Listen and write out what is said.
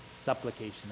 Supplication